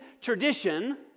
tradition